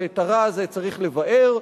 היא שאת הרע הזה צריך לבער.